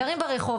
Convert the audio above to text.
גרים ברחוב,